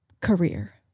career